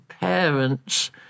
parents